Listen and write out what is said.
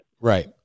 Right